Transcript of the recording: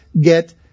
get